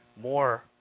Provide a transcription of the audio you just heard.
more